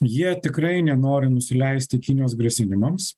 jie tikrai nenori nusileisti kinijos grasinimams